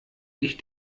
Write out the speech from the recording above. ich